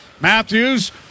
Matthews